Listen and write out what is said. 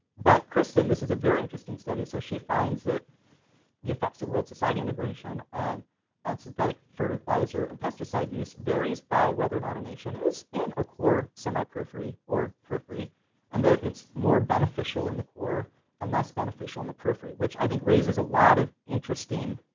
but kristen, this is a very interesting study, so she finds that the effects of world society immigration on on synthetic fertilizer and pesticide use varies by whether or not a nation is in a core, semi periphery or periphery and that it's more beneficial in the core and less beneficial in the periphery which i think raises a lot of interesting